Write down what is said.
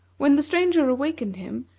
when the stranger awakened him,